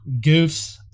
goofs